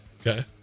Okay